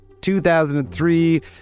2003